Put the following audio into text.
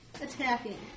Attacking